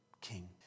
King